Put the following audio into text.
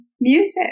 music